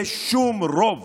ושום רוב